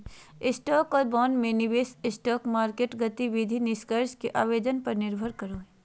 stock और bond में निवेश स्टॉक मार्केट गतिविधि निष्कर्ष के आवेदन पर निर्भर करो हइ